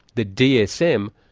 the dsm,